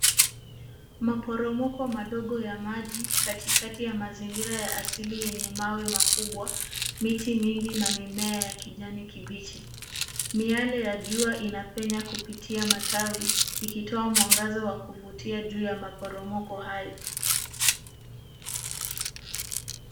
Maporomoko madogo ya maji katikati ya mazingira ya asili yenye mawe makubwa, miti mingi, na mimea ya kijani kibichi. Miale ya jua inabenya kupitia matawi ikitoa mwangaza wa kuvutia juu ya maporomoko hayo.